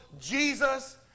Jesus